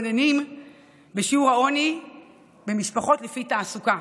מתבוננים בשיעור העוני במשפחות לפי תעסוקה,